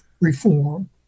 reform